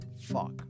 Fuck